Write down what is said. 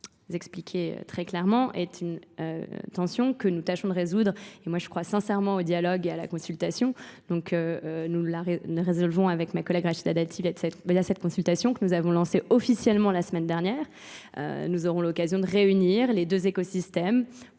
expliquer très clairement est une tension que nous tâchons de résoudre. Et moi je crois sincèrement au dialogue et à la consultation. Donc nous résolvons avec ma collègue Rachida Dattil à cette consultation que nous avons lancée officiellement la semaine dernière. Nous aurons l'occasion de réunir les deux écosystèmes